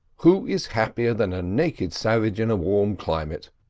who is happier than a naked savage in a warm climate?